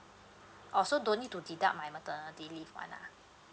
also don't need to deduct my maternity leave one lah